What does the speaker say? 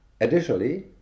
Additionally